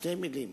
שתי מלים: